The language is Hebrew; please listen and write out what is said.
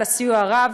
על הסיוע הרב,